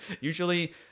usually